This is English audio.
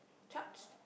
charged